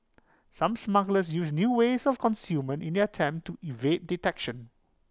some smugglers used new ways of concealment in their attempts to evade detection